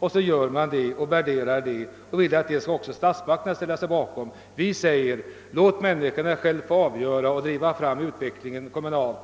dessa i enlighet därmed och nu vill man att även statsmakterna skall ställa sig bakom den uppfattningen. Vi säger: Låt människorna själva få driva fram utvecklingen kommunalt!